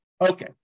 Okay